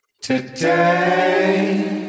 Today